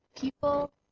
people